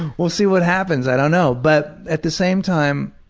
we'll see what happens, i don't know. but at the same time